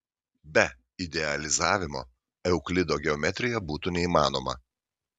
be idealizavimo euklido geometrija būtų neįmanoma